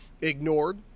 ignored